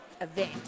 event